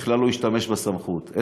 בכלל לא ישתמש בסמכות.